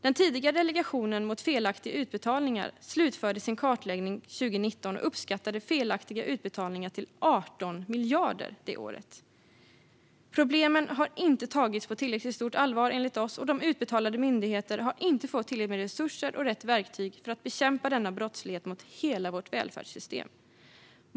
Den tidigare delegationen mot felaktiga utbetalningar slutförde sin kartläggning 2019 och uppskattade felaktiga utbetalningar till 18 miljarder det året. Problemen har inte tagits på tillräckligt stort allvar, enligt oss, och de utbetalande myndigheterna har inte fått tillräckligt med resurser och rätt verktyg för att bekämpa denna brottslighet mot hela vårt välfärdssystem.